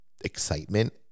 excitement